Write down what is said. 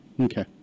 okay